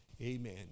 Amen